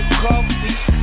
coffee